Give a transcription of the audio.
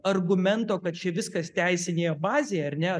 argumento kad čia viskas teisinėje bazėje ar ne